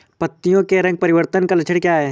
पत्तियों के रंग परिवर्तन का लक्षण क्या है?